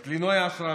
את לינוי אשרם,